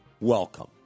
Welcome